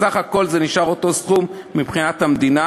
בסך הכול זה נשאר אותו סכום מבחינת המדינה.